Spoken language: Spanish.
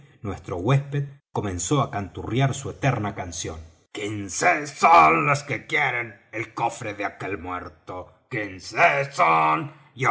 nuestro huésped comenzó á canturriar su eterna canción son quince los que quieren el cofre de aquel muerto son